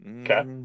Okay